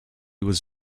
was